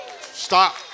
Stop